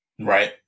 Right